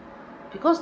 because